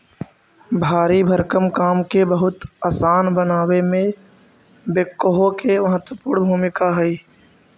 भारी भरकम काम के बहुत असान बनावे में बेक्हो के महत्त्वपूर्ण भूमिका हई